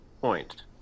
point